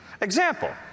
Example